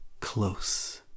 Close